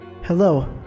Hello